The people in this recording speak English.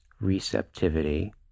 receptivity